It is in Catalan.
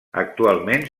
actualment